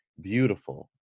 beautiful